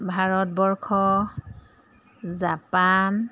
Bharatvarsha Japan